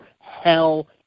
Hell